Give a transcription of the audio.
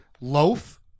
loaf